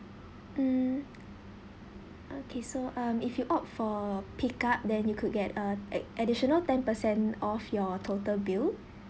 mm okay so um if you opt for pickup than you could get uh ad~ additional ten percent of your total bill